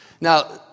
Now